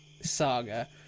Saga